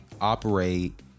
operate